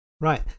Right